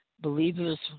Believers